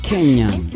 Kenyan